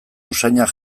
usainak